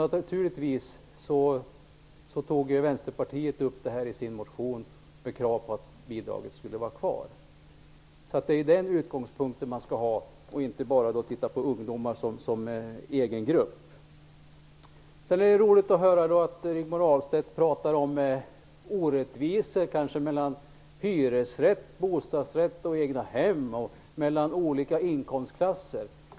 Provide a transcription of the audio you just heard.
Naturligtvis tog Vänsterpartiet upp den frågan i sin motion och ställde krav på att bidraget behålls. Den utgångspunkten skall man ha. Det går inte att bara titta på ungdomar som en grupp för sig. Det är roligt att höra Rigmor Ahlstedt tala om orättvisor mellan hyresrätt, bostadsrätt och egnahem samt mellan olika inkomstklasser.